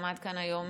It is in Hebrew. שעמד כאן היום